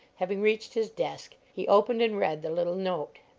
having reached his desk, he opened and read the little note.